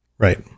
Right